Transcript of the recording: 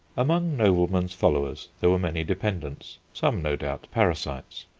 among noblemen's followers there were many dependents, some, no doubt, parasites,